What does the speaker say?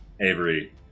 Avery